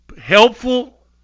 Helpful